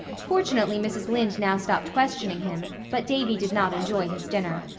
fortunately mrs. lynde now stopped questioning him but davy did not enjoy his dinner.